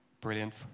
brilliant